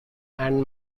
and